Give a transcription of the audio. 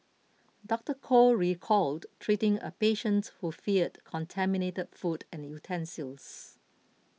Doctor Koh recalled treating a patient who feared contaminated food and utensils